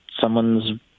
someone's